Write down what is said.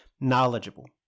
knowledgeable